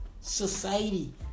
society